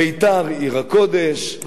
ביתר עיר הקודש,